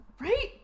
Right